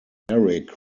erik